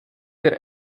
der